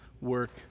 work